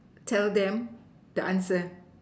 tell them the answer